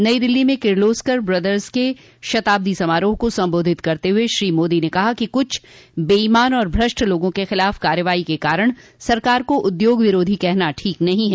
नई दिल्ली में किर्लोस्कर ब्रदर्स के शताब्दी समारोह को संबोधित करते हुए श्री मोदी ने कहा कि कुछ बेईमान और भ्रष्ट लोगों के खिलाफ कार्रवाई के कारण सरकार को उद्योग विरोधी कहना ठीक नहीं है